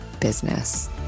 business